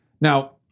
Now